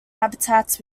habitats